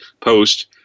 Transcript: Post